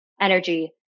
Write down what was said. energy